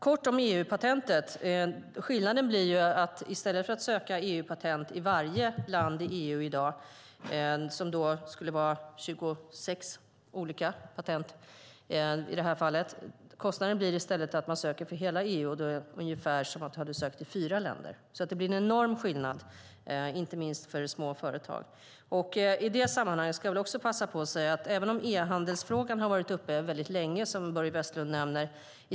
Kort om EU-patentet: Skillnaden blir att i stället för att söka EU-patent i varje land i EU i dag, som skulle vara 26 olika patent, söker man för hela EU. Då blir kostnaden ungefär som att söka för fyra länder. Det blir en enorm skillnad, inte minst för småföretag. I det sammanhanget ska jag passa på att säga att e-handelsfrågan har varit uppe väldigt länge, i tio år, som Börje Vestlund nämnde.